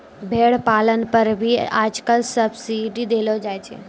भेड़ पालन पर भी आजकल सब्सीडी देलो जाय छै